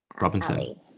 Robinson